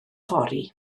fory